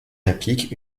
implique